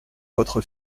votre